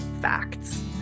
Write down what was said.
facts